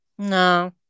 No